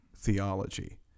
theology